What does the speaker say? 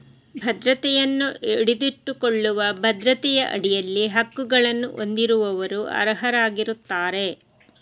ಭದ್ರತೆಯನ್ನು ಹಿಡಿದಿಟ್ಟುಕೊಳ್ಳುವ ಭದ್ರತೆಯ ಅಡಿಯಲ್ಲಿ ಹಕ್ಕುಗಳನ್ನು ಹೊಂದಿರುವವರು ಅರ್ಹರಾಗಿರುತ್ತಾರೆ